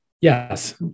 Yes